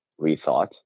rethought